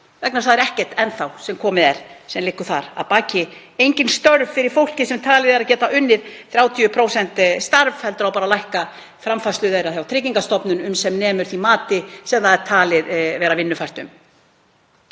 þess að það er ekkert enn sem komið er sem liggur þar að baki. Það eru engin störf fyrir fólkið sem talið er að geti unnið 30% starf heldur á bara að lækka framfærslu þess hjá Tryggingastofnun sem nemur því mati sem það er talið vera vinnufært um.